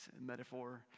metaphor